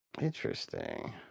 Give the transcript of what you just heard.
Interesting